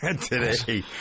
today